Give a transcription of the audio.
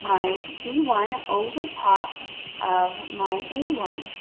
my b one, over top of my a one.